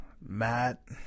Matt